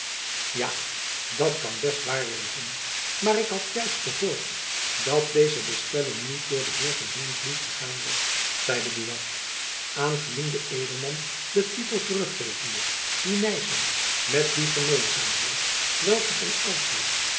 ja dat kan best waar wezen maar ik had juist gehoord dat deze bestelling niet door den heer van heenvliet gedaan was zeide buat aan genoemden edelman den tytel terug gevende dien nyssen met die gemeenzaamheid welke van oudsher